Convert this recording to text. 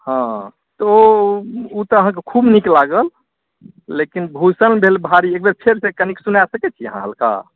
हँ तऽ ओ ओ तऽ अहाँकेँ खूब नीक लागल लेकिन भूषण भेल भारी एक बेर फेरसंँ कनिक सुना सकैत छी हल्का